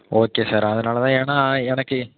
okay sir அதனால் தான் ஏன்னா எனக்கு